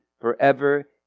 forever